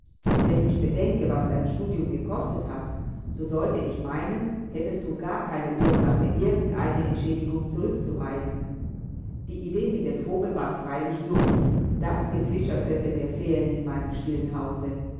wenn ich bedenke was dein studium gekostet hat so sollte ich meinen hättest du gar keine ursache irgend eine entschädigung zurückzuweisen die idee mit dem vogel war freilich dumm das gezwitscher könnte mir fehlen in meinem stillen hause